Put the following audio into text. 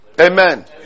Amen